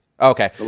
Okay